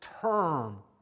term